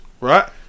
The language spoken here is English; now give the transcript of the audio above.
right